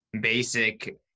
basic